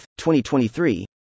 2023